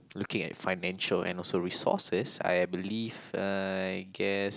looking at financial and also resources I believe I guess